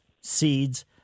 seeds